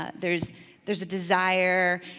ah there's there's a desire,